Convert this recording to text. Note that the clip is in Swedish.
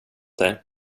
dig